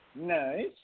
Nice